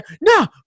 no